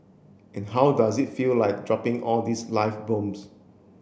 and how does it feel like dropping all these live bombs